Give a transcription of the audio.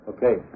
Okay